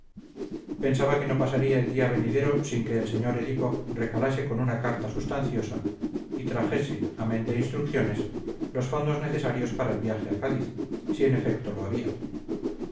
pensaba que no pasaría el día venidero sin que el sr edipo recalase con una carta substanciosa y trajese amén de instrucciones los fondos necesarios para el viaje a cádiz si en efecto lo había